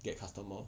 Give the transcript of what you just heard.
get customer